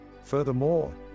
Furthermore